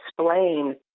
explain